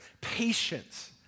Patience